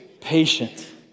patient